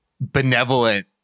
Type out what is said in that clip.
benevolent